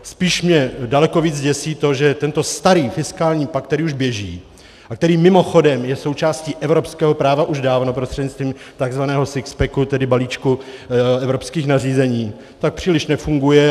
Spíš mě daleko víc děsí to, že tento starý fiskální pakt, který už běží a který mimochodem je součástí evropského práva už dávno prostřednictvím tzv. sixpacku, tedy balíčku evropských nařízení, příliš nefunguje.